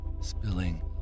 spilling